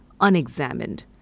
unexamined